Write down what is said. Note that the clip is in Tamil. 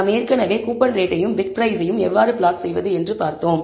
நாம் ஏற்கனவே கூப்பன் ரேட்டையும் பிட் பிரைஸையும் எவ்வாறு பிளாட் செய்வது என்று பார்த்தோம்